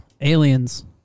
aliens